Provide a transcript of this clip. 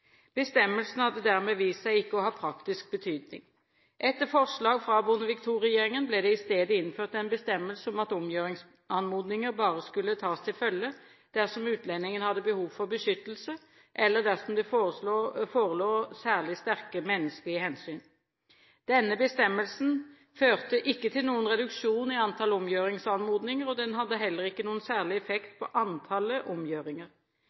Bestemmelsen hadde dermed vist seg ikke å ha praktisk betydning. Etter forslag fra Bondevik II-regjeringen ble det i stedet innført en bestemmelse om at omgjøringsanmodninger bare skulle tas til følge dersom utlendingen hadde behov for beskyttelse, eller dersom det forelå «særlig sterke menneskelige hensyn». Denne bestemmelsen førte ikke til noen reduksjon i antallet omgjøringsanmodninger, og den hadde heller ikke noen særlig effekt på antallet omgjøringer.